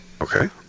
Okay